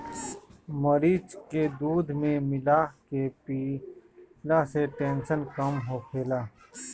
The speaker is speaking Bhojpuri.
मरीच के दूध में मिला के पियला से टेंसन कम होखेला